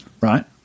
right